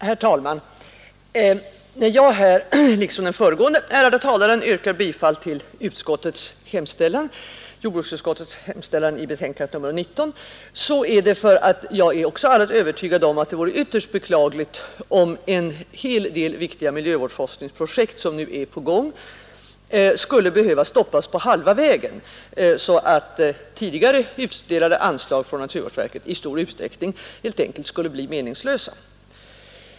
Herr talman! När jag liksom den föregående ärade talaren yrkar bifall till jordbruksutskottets hemställan i betänkandet nr 19 är det därför att jag är övertygad om att det vore ytterst beklagligt om en rad viktiga miljövårdsforskningsprojekt som nu är på gång skulle behöva stoppas på halva vägen, så att tidigare utdelade anslag från naturvårdsverket i stor utsträckning helt enkelt skulle bli meningslösa.